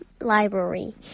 library